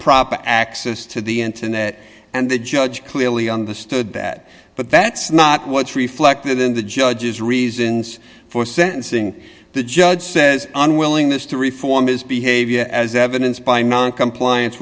improper access to the internet and the judge clearly understood that but that's not what's reflected in the judge's reasons for sentencing the judge says unwillingness to reform his behavior as evidenced by noncompliance